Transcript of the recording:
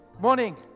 Morning